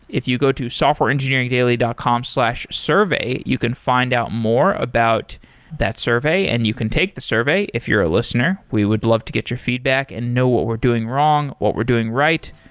if you go to softwareengineeringdaily dot com slash survey, you can find out more about that survey and you can take the survey if you're a listener. we would love to get your feedback and know what we're doing wrong, what we're doing right.